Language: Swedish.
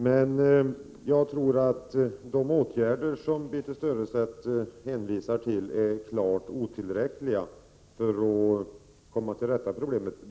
Men jag tror att de åtgärder som Birthe Sörestedt hänvisar till är klart otillräckliga för att komma till rätta med problemen.